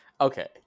okay